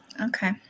okay